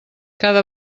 cada